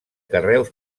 carreus